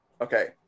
Okay